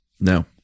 No